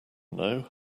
know